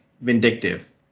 vindictive